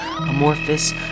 amorphous